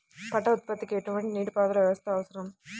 పంట ఉత్పత్తికి ఎటువంటి నీటిపారుదల వ్యవస్థ అవసరం?